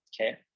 Okay